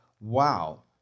wow